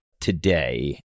today